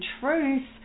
truth